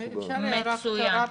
מצוין.